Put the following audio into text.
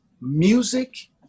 music